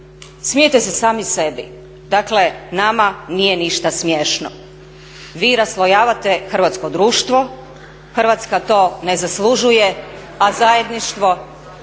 smijete se sami sebi. Dakle nama nije ništa smiješno. Vi raslojavate hrvatsko društvo, Hrvatska to ne zaslužuje, a zajedništvo